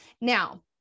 now